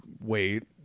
wait